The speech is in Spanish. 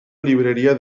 librería